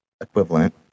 equivalent